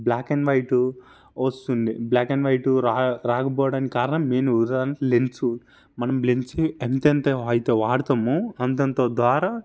black and white వస్తుంది black and white రాకపోవడానికి కారణం మెయిను ఉదాహరణకి లెన్సు మనం లెన్సుని ఎంత ఎంత అయితే వాడుతాము అంత అంత ద్వారా